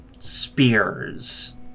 spears